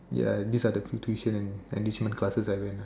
ya this are the few tuition and engagement classes I went lah